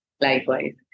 Likewise